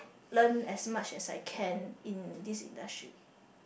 learn as much as I can in this industry